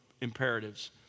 imperatives